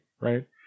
right